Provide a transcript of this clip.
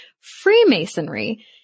Freemasonry